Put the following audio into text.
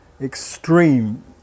extreme